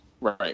Right